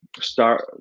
start